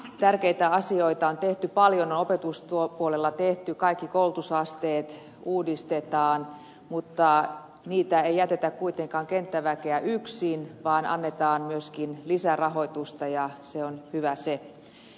tärkeitä asioita on tehty paljon opetuspuolella kaikki koulutusasteet uudistetaan mutta ei jätetä kuitenkaan kenttäväkeä yksin vaan annetaan myöskin lisärahoitusta ja se on hyvä se